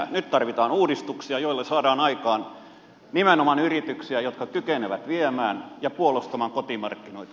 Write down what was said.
nyt tarvitaan uudistuksia joilla saadaan aikaan nimenomaan yrityksiä jotka kykenevät viemään ja puolustamaan kotimarkkinoita